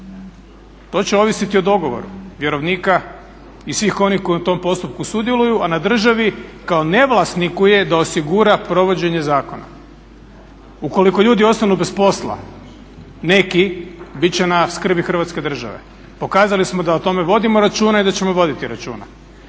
to će ovisiti o dogovoru vjerovnika i svih onih koji u tom postupku sudjeluju, a na državi kao nevlasniku je da osigura provođenje zakona. Ukoliko ljudi ostanu bez posla neki bit će na skrbi Hrvatske države. Pokazali smo da o tome vodimo računa i da ćemo voditi računa.